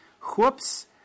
Whoops